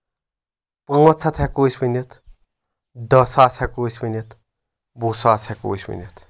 پانٛژھ ہتھ ہؠکو أسۍ ؤنِتھ دہ ساس ہؠکو أسۍ ؤنِتھ وُہ ساس ہؠکو أسۍ ؤنِتھ